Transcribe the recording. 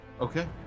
Okay